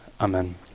Amen